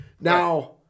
Now